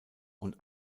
und